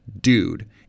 dude